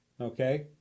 Okay